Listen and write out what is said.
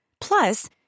Plus